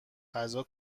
غذا